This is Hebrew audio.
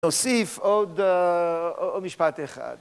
נוסיף עוד... עוד משפט אחד.